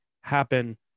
happen